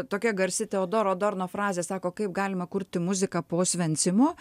tokia garsi teodoro dorno frazė sako kaip galima kurti muziką po osvencimo